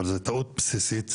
אבל זו טעות בסיסית,